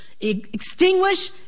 extinguish